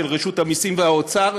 של רשות המסים והאוצר.